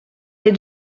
des